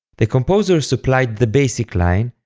the composer suppliesd the basic line,